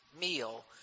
meal